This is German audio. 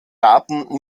daten